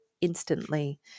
instantly